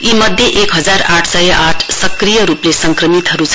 यी मध्ये एक हजार आठ सय आठ सक्रिय रूपले संक्रमित हरू छन्